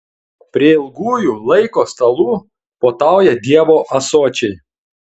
prie ilgųjų laiko stalų puotauja dievo ąsočiai